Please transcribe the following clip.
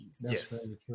Yes